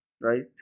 right